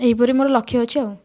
ଏହିପରି ମୋର ଲକ୍ଷ ଅଛି ଆଉ